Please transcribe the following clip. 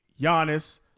Giannis